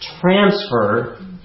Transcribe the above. transfer